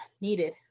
needed